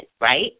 right